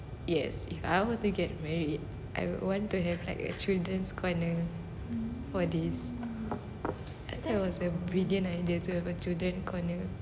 yes if I were to get married I would want to have like a children's corner for these I think it was a brilliant idea to have a children corner